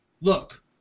look